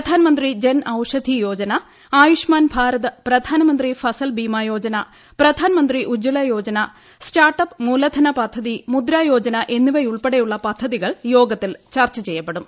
Pradhan Mantri Jan Aushadhi Yojana Ayushman Bharat Pradhan Mantri Fasal Bima Yojana Pradhan Mantri start up മുലധന പദ്ധതി ഉജ്ജല യോജന മുദ്രായോജന എന്നിവയുൾപ്പെടെയുള്ള പദ്ധതികൾ യോഗത്തിൽ ചർച്ച ചെയ്യപ്പെടും